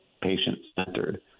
patient-centered